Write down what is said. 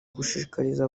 gushishikariza